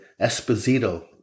Esposito